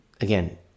again